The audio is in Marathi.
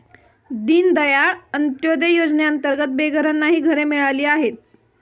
दीनदयाळ अंत्योदय योजनेअंतर्गत बेघरांनाही घरे मिळाली आहेत